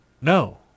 No